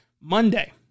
Monday